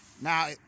Now